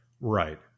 Right